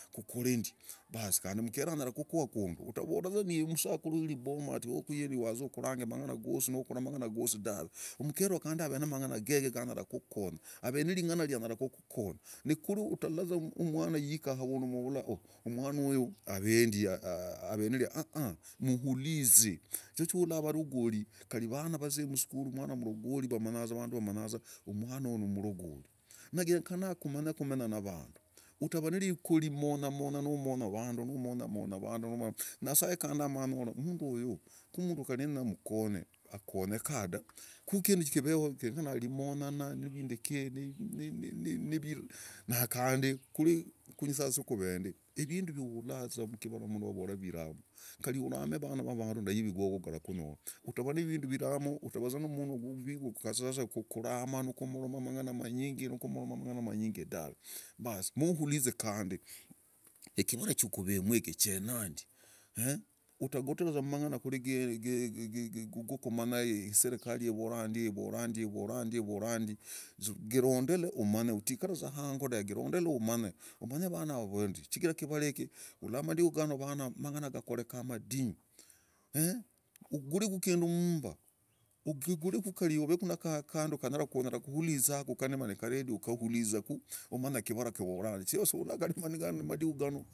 Kukore ndi baas kandi mukere anyara kukua kungu utavora ni msakuru wiri boma ni ive umaukore mang'ana gosi dave. Umukere kandi ave na mang'ana gege anyara akukonya. Ni kuri utala mwana ikari avandu alafu uvora mwana uyu avendi. Mukhulize. Kunyora valogoli kari mwana vazi kusura vandu vamanya za mwana uyu ni mulogoli na genyekana kumanye kumenya na vandu. Utamonya vandu dah. Nyasaye ama avora mundu uyu nienya mukonye akonyeka dah. Kuri kuve ndi. vindu umahula mkivara nuvora virakurama. Kari niurume vana va vandu kari iwe virakuruma. Utave na munwa wa kuruma nu kumoroma mang'ana manyingi dave. Baas nu huliza kandi ikivara kuvemu hiki. chenya ndi utagotwa serikali ivora ndi. Girondele umanye. Utiikara hango za dave. Girondele umanye. Chigara kivara hiki urora madiku gani. Mang'ana kukoreka madinyu. Ugare munyumba kandi ku unyara kuhuliza. Kave kavendio kunyara kuhuliza umanye kivara kivora ndi.